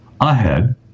ahead